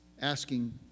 asking